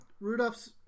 Rudolph's